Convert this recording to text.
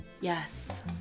Yes